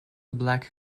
black